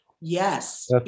yes